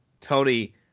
Tony